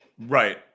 Right